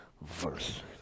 verse